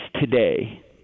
today